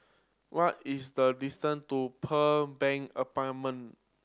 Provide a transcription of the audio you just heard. what is the distance to Pearl Bank Apartment